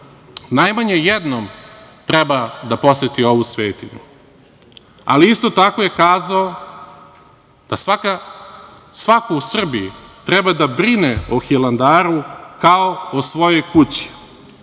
najmanje jednom treba da poseti ovu svetinju. Ali isto tako je kazao da svako u Srbiji treba da brine o Hilandaru kao o svojoj kući.